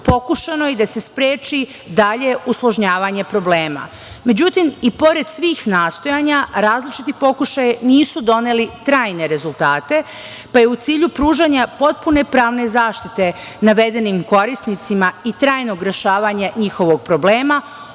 pokušano je da se spreči dalje usložnjavanje problema.Međutim, i pored svih nastojanja, različiti pokušaji nisu doneli trajne rezultate, pa je u cilju pružanja potpune pravne zaštite navedenim korisnicima i trajnog rešavanja njihovog problema,